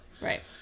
right